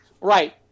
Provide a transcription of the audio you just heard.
Right